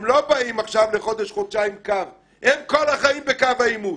הם לא באים עכשיו לחודש-חודשיים אלא הם כל החיים בקו העימות.